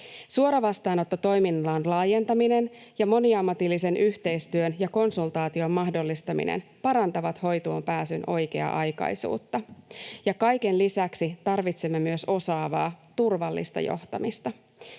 Suoravastaanottotoiminnan laajentaminen ja moniammatillisen yhteistyön ja konsultaation mahdollistaminen parantavat hoitoonpääsyn oikea-aikaisuutta. Ja kaiken lisäksi tarvitsemme myös osaavaa, turvallista johtamista: